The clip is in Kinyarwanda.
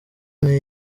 ubwe